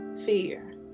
fear